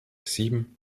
sieben